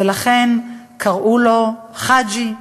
ולכן קראו לו חאג'י,